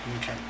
Okay